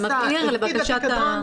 אני מביא לך את המצוקה מהשטח.